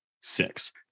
Six